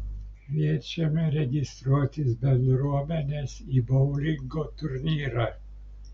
kviečiame registruotis bendruomenes į boulingo turnyrą